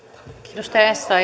arvoisa